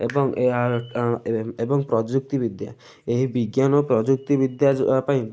ଏବଂ ଏହାର ଏବଂ ପ୍ରଯୁକ୍ତିବିଦ୍ୟା ଏହି ବିଜ୍ଞାନ ପ୍ରଯୁକ୍ତିବିଦ୍ୟା ପାଇଁ